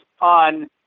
on